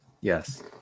Yes